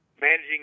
managing